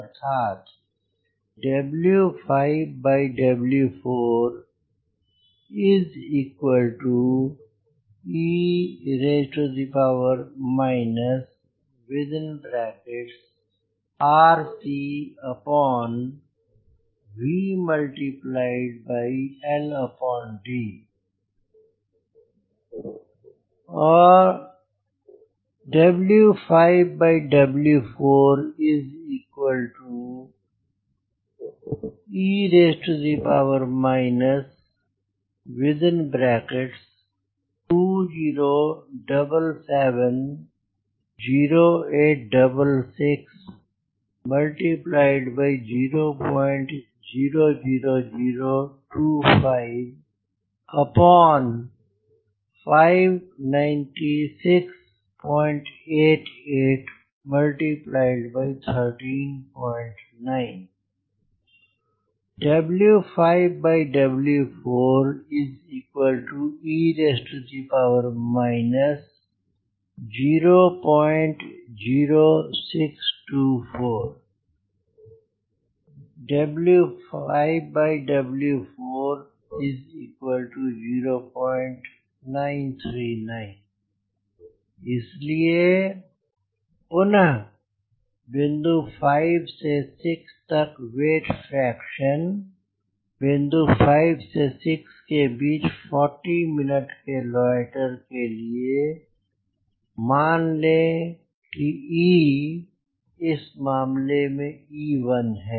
अर्थात e RC V e 2077086600002559688139 e 00624 0939 इसलिए पुनः बिंदु 5 से 6 तक वेट फ्रैक्शन बिंदु 5 से 6 के बीच 40 मिनट के लॉयटेर के लिए मान लें कि E इस मामले में E1 है